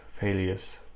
failures